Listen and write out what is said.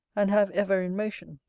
and have ever in motion.